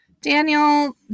Daniel